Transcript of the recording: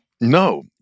No